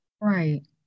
Right